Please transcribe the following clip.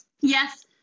yes